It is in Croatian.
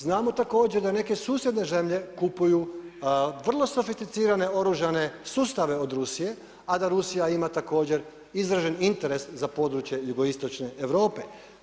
Znamo također da neke susjedne zemlje kupuju vrlo sofisticirane oružane sustave od Rusije a da Rusija ima također izražen interes za područje jugoistočne Europe.